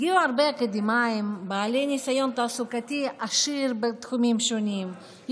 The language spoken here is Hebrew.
הגיעו הרבה אקדמאים בעלי ניסיון תעסוקתי עשיר בתחומים שונים,